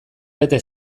bete